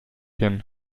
hin